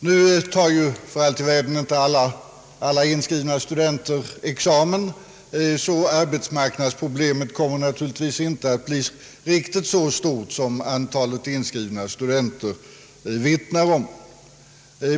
Nu tar ju för allt i världen inte alla inskrivna studenter examen, så arbetsmarknadsproblemet kommer naturligtvis inte att bli riktigt så stort som antalet inskrivna studenter vittnar om.